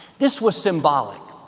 this was symbolic.